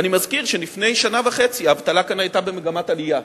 ואני מזכיר שלפני שנה וחצי האבטלה כאן היתה במגמת עלייה,